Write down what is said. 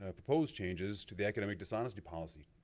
ah proposed changes to the academic dishonesty policy?